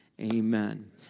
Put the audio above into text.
Amen